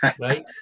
right